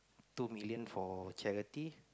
two million for charity